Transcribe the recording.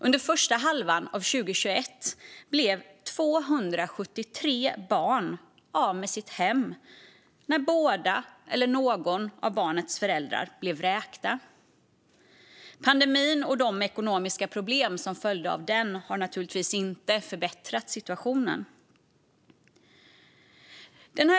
Under första halvan av 2021 blev 273 barn av med sitt hem när båda eller någon av barnets föräldrar blev vräkta. Pandemin och de ekonomiska problem som följde av den har naturligtvis inte förbättrat situationen.